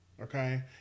okay